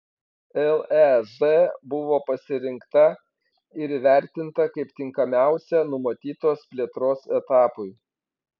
lez buvo pasirinkta ir įvertinta kaip tinkamiausia numatytos plėtros etapui